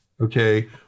Okay